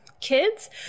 kids